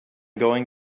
going